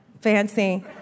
fancy